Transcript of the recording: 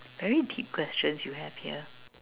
very deep questions you have here